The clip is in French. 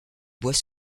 bois